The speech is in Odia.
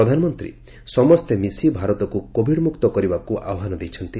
ପ୍ରଧାନମନ୍ତୀ ସମସ୍ତେ ମିଶି ଭାରତକୁ କୋଭିଡ୍ମୁକ୍ତ କରିବାକୁ ଆହ୍ୱାନ ଦେଇଛନ୍ତି